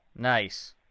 nice